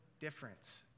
difference